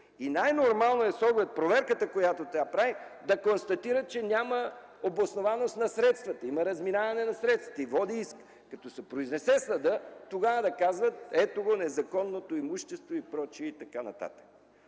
и най нормално е с оглед проверката, която тя прави, да констатира, че няма обоснованост на средствата, има разминаване на средствата и води иск и като се произнесе съдът, тогава да казват – ето го, незаконното имущество и пр. Така